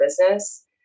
business